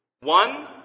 One